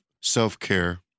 self-care